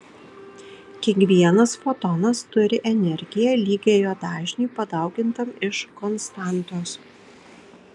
kiekvienas fotonas turi energiją lygią jo dažniui padaugintam iš konstantos